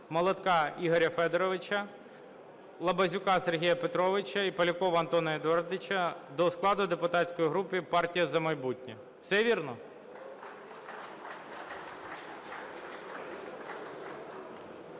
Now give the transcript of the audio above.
Молотка Ігоря Федоровича, Лабазюка Сергія Петровича і Полякова Антона Едуардовича до складу депутатської групи "Партія "За майбутнє". Все вірно?